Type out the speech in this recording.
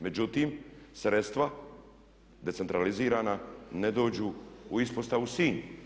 Međutim, sredstva decentralizirana ne dođu u ispostavu Sinj.